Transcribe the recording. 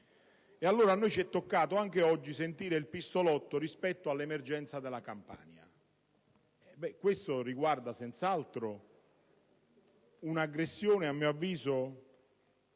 Anche oggi ci è toccato sentire il pistolotto rispetto all'emergenza della Campania. Ciò riguarda senz'altro un'aggressione, a mio avviso